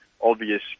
obvious